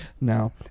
No